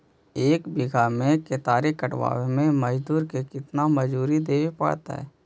एक बिघा केतारी कटबाबे में मजुर के केतना मजुरि देबे पड़तै?